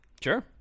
Sure